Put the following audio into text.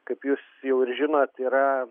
kaip jūs jau ir žinot yra